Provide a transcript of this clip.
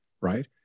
right